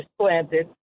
planted